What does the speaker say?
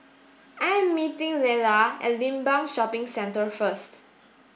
I am meeting Lela at Limbang Shopping Centre first